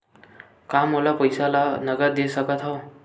का मोला पईसा ला नगद दे सकत हव?